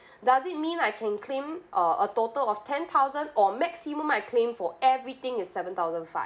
does it mean I can claim uh a total of ten thousand or maximum I claim for everything is seven thousand five